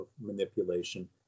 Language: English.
manipulation